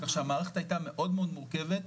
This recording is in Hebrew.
כך שהמערכת היתה מאוד מאוד מורכבת.